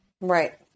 right